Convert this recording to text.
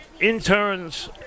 interns